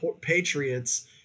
Patriots